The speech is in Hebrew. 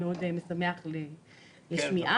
מאוד משמח לשמיעה.